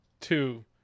two